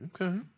Okay